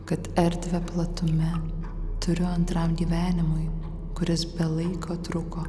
kad erdvę platume turiu antram gyvenimui kuris be laiko truko